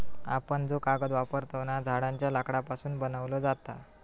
आपण जो कागद वापरतव ना, झाडांच्या लाकडापासून बनवलो जाता